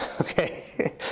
Okay